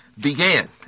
began